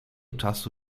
czasu